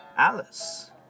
Alice